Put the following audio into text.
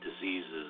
diseases